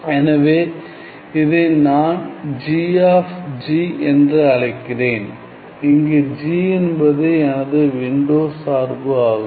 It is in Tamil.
எனவே இதை நான் g ஆப் g என்று அழைக்கிறேன் இங்கு g என்பது எனது விண்டோ சார்பு ஆகும்